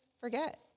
forget